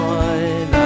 one